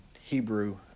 Hebrew